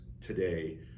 today